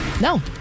No